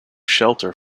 shelter